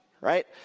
right